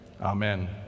amen